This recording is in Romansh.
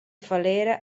falera